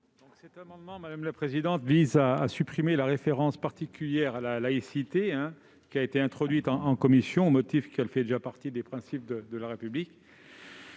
Cet amendement vise à supprimer la référence particulière à la laïcité, introduite en commission, au motif qu'elle fait déjà partie des principes de la République.